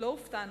לא הופתענו.